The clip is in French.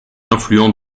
influents